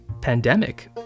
pandemic